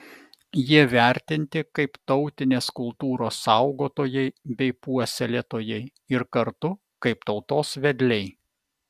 jie vertinti kaip tautinės kultūros saugotojai bei puoselėtojai ir kartu kaip tautos vedliai